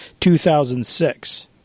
2006